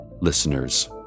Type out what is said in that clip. listeners